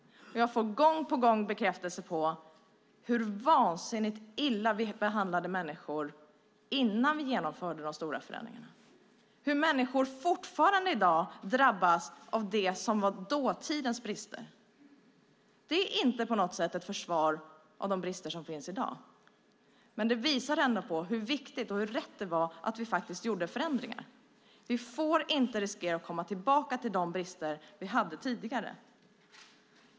Jag får gång på gång bekräftelse på hur vansinnigt illa vi behandlade människor innan vi genomförde de stora förändringarna och hur människor än i dag drabbas av dåtidens brister. Detta är inte på något sätt ett försvar av de brister som finns i dag, men det visar ändå hur viktigt och rätt det var att vi gjorde förändringar. Vi får inte riskera att komma tillbaka till de brister vi hade tidigare.